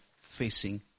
facing